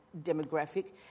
demographic